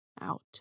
Out